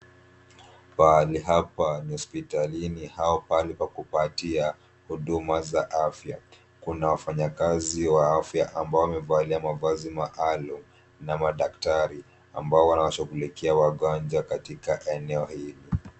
Pahali hapa ni hospitalini au pahali pa kupatia huduma za afya. Kuna wafanyakazi wa afya ambao wamevalia mavazi maalum. Na madaktari ambao wanawashughulikia wagonjwa katika eneo hili.